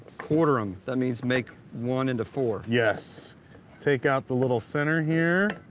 quarter them that means make one into four yes take out the little center here.